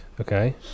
Okay